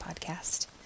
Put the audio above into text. podcast